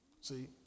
See